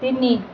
ତିନି